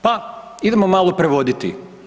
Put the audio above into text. Pa idemo malo prevoditi.